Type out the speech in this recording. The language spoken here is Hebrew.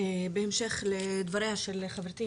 בהמשך לדבריה של חברתי,